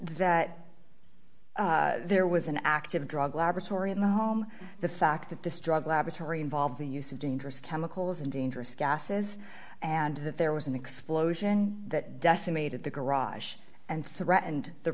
that there was an active drug laboratory in the home the fact that this drug laboratory involved the use of dangerous chemicals and dangerous gases and that there was an explosion that decimated the garage and threatened the